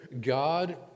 God